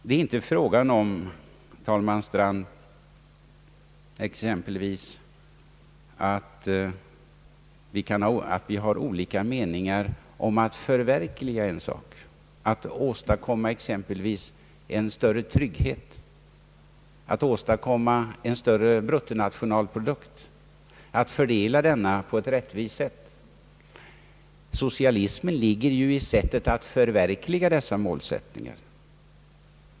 Det är inte, talman Strand, fråga om att vi exempelvis har olika meningar om att förverkliga en sak, att åstadkomma en större trygghet eller att åstadkomma en större bruttonationalprodukt och att fördela denna på ett rättvist sätt. Socialismen ligger i sättet att förverkliga dessa målsättningar.